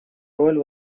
роль